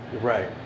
right